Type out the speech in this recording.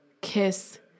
kiss